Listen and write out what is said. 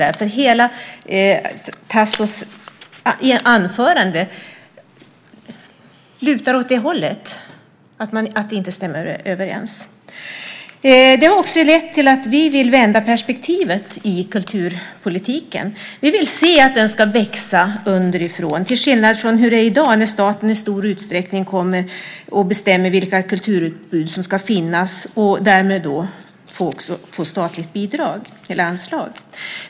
Hela Tassos anförande lutar ju åt det hållet, att det inte stämmer överens. Det har också lett till att vi vill vända på perspektivet i kulturpolitiken. Vi vill se att den ska växa underifrån - till skillnad från hur det är i dag, när staten i stor utsträckning bestämmer vilka kulturutbud som ska finnas och därmed få statliga anslag.